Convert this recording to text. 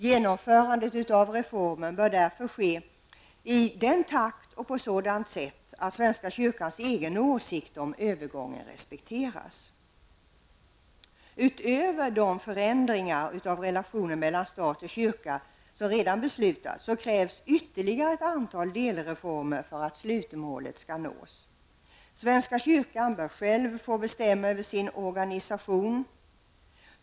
Genomförandet av reformer bör därför ske i den takt och på sådant sätt att svenska kyrkans egen åsikt om övergången respekteras. Utöver de förändringar i relationerna mellan stat och kyrka som redan har beslutats krävs ytterligare ett antal delreformer för att slutmålet skall kunna nås. Svenska kyrkan bör själv få bestämma över sin organisation.